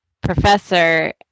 professor